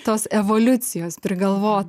tos evoliucijos prigalvota